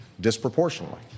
disproportionately